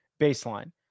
baseline